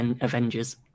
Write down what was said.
Avengers